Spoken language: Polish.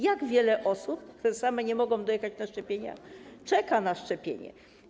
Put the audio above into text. Jak wiele osób, które nie mogą dojechać na szczepienie same, czeka na szczepienie?